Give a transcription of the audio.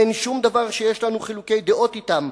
אין שום דבר שיש לנו חילוקי דעות אתם.